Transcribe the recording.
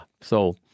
so-